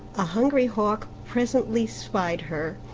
a hungry hawk presently spied her,